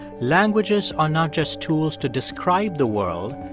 languages are not just tools to describe the world.